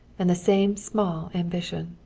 and the same small ambition.